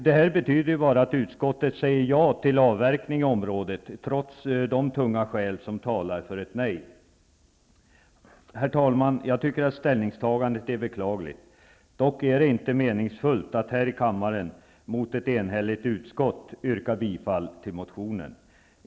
Det här betyder att utskottet säger ja till avverkning i området, trots de tunga skäl som talar för ett nej. Herr talman! Jag tycker att ställningstagandet är beklagligt. Dock är det inte meningsfullt att här i kammaren mot ett enhälligt utskott yrka bifall till motionen.